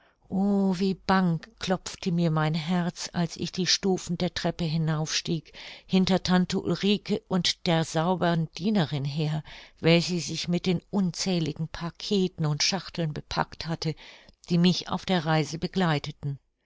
wie bang klopfte mir mein herz als ich die stufen der treppe hinauf stieg hinter tante ulrike und der saubern dienerin her welche sich mit den unzähligen packeten und schachteln bepackt hatte die mich auf der reise begleiteten